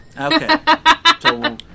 Okay